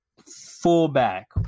fullback